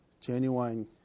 genuine